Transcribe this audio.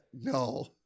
No